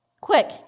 Quick